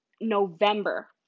November